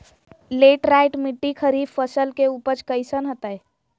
Laterite मिट्टी खरीफ फसल के उपज कईसन हतय?